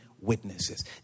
witnesses